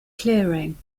clearing